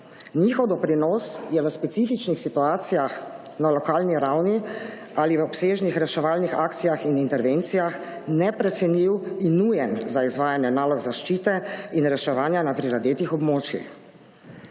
Njihov doprinos je v specifičnih situacijah na lokalni ravni ali v obsežnih reševalnih akcijah in intervencijah neprecenljiv in nujen za izvajanja nalog zaščite in reševanja na prizadetih območjih.